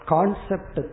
Concept